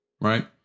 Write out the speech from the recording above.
right